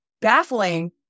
baffling